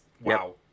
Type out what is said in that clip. wow